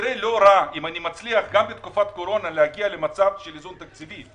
כנראה לא רע אם אני מצליח גם בתקופת קורונה להגיע למצב של איזון תקציבי,